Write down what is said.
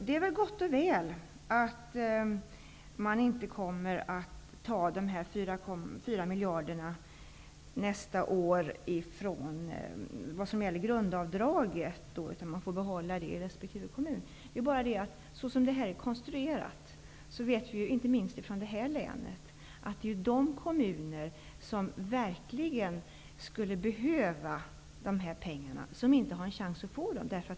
Det är gott och väl att man inte kommer att ta de 4 miljarder som gäller grundavdraget nästa år, utan att resp. kommun får behålla dem. Det är bara det att som systemet är konstruerat vet vi, inte minst i det här länet, att det är de kommuner som verkligen skulle behöva de här pengarna som inte har en chans att få dem.